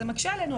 זה מקשה עלינו,